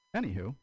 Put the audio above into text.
Anywho